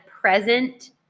present